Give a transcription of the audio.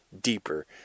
deeper